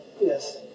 Yes